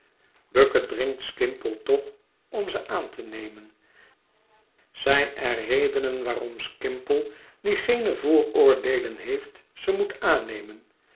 bucket dringt skimpole toch om ze aan te nemen zijn er redenen waarom skimpole die geene vooroordeelen heeft ze moet aannemen